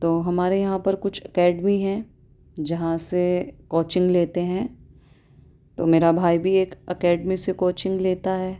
تو ہمارے یہاں پر کچھ اکیڈمی ہیں جہاں سے کوچنگ لیتے ہیں تو میرا بھائی بھی ایک اکیڈمی سے کوچنگ لیتا ہے